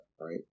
right